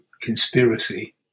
conspiracy